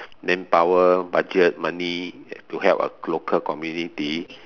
manpower budget money to help a local community